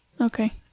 okay